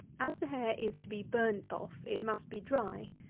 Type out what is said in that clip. as the hair is to be burnt off it must be dry,